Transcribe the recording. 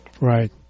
Right